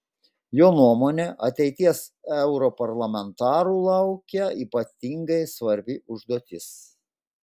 jo nuomone ateities europarlamentarų laukia ypatingai svarbi užduotis